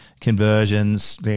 conversions